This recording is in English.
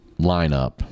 lineup